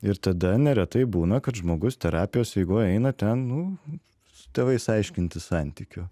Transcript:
ir tada neretai būna kad žmogus terapijos eigoje eina ten nu su tėvais aiškintis santykių